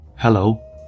Hello